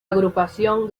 agrupación